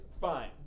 fine